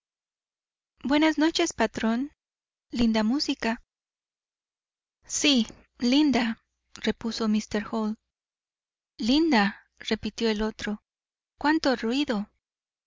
buenas noches patrón linda música sí linda repuso míster hall linda repitió el otro cuánto ruido